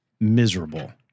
miserable